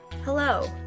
Hello